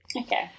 Okay